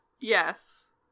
Yes